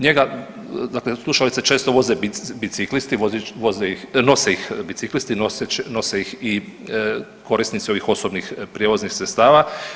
Njega, dakle slušalice često voze biciklisti, nose ih biciklisti, nose ih i korisnici ovih osobnih prijevoznih sredstava.